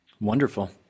Wonderful